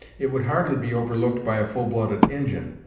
it would hardly be overlooked by a full-blooded injin,